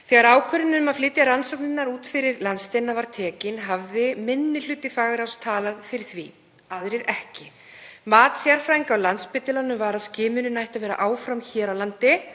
Þegar ákvörðunin um að flytja rannsóknirnar út fyrir landsteinana var tekin hafði minni hluti fagráðs talað fyrir því, aðrir ekki. Mat sérfræðinga á Landspítalanum var að skimunin ætti að vera áfram hér á landi.